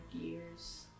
years